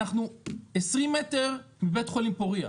אנחנו 20 מטר מבית החולים פורייה,